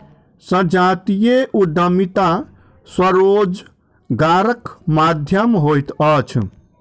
संजातीय उद्यमिता स्वरोजगारक माध्यम होइत अछि